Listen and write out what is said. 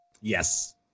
yes